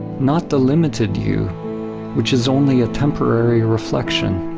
not the limited you which is only a temporary reflection,